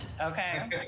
Okay